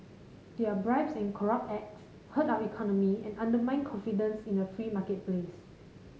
their bribes and corrupt acts hurt our economy and undermine confidence in the free marketplace